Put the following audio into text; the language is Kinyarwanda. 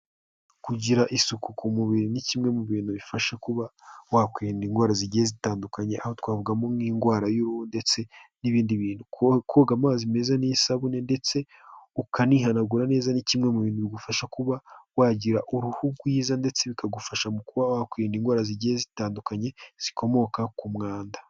Kugira isuku ku mubiri ni kimwe mu bintu bifasha kuba wakwirinda indwara zigiye zitandukanye, aha twavugamo nk'indwara y'uruhu ndetse n'ibindi bintu. Koga amazi meza n'isabune ndetse ukanihanagura neza, ni kimwe mu bintu bigufasha kuba wagira uruhu rwiza ndetse bikagufasha mu kuba wakwirinda indwara zigiye zitandukanye zikomoka ku mwanda.